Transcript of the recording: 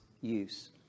use